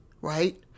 right